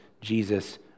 Jesus